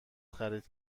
خرید